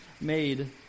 made